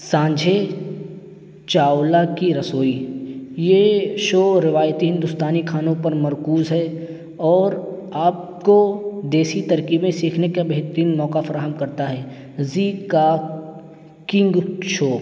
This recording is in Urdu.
سانجھے چاولا کی رسوئی یہ شو رواتی ہندوستانی کھانوں پر مرکوز ہے اور آپ کو دیسی ترکیبیں سیکھنے کا بہترین موقع فراہم کرتا ہے زی کا کنگ شو